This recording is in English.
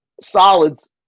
solids